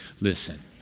listen